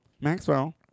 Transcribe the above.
Maxwell